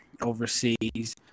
overseas